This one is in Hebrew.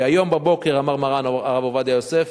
שהיום בבוקר אמר מרן הרב עובדיה יוסף,